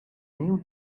nieuw